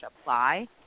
apply